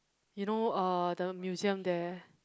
you know uh the museum there